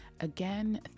again